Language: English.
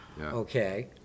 okay